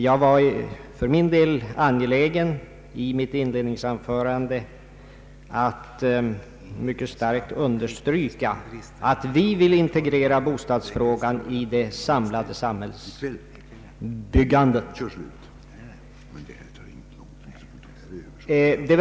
Jag var för min del i mitt inledningsanförande angelägen om att mycket starkt understryka att vi vill se bostadsfrågan integrerad i det samlade samhällsbyggandet.